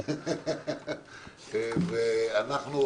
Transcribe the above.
אנחנו,